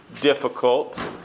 difficult